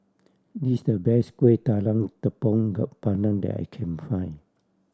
this the best Kueh Talam Tepong pandan that I can find